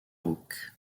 rauque